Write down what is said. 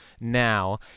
now